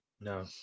No